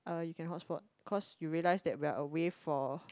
uh you can hot spot cause you realize that we are away for